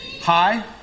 Hi